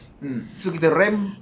mm so kita ramp